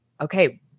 okay